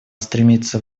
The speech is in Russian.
стремится